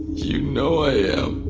you know i am